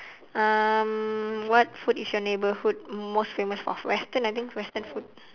um what food is your neighbourhood most famous for western I think western food